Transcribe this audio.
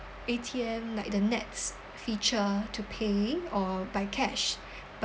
A_T_M like the nets feature to pay or by cash